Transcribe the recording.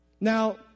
Now